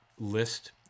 list